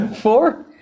Four